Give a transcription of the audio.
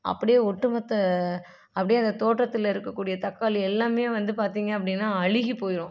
அப்படியே ஒட்டு மொத்த அப்படியே அந்த தோட்டத்தில் இருக்கக்கூடிய தக்காளி எல்லாமே வந்து பார்த்திங்க அப்படின்னா அழுகிப்போயிரும்